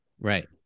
Right